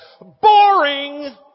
boring